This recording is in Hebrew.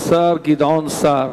השר גדעון סער.